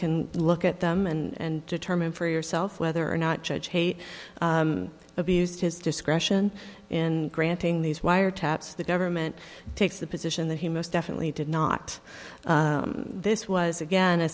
can look at them and determine for yourself whether or not judge hate abused his discretion in granting these wiretaps the government takes the position that he most definitely did not this was again a